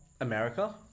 America